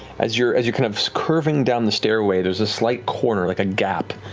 as you're as you're kind of curving down the stairway, there's a slight corner, like a gap,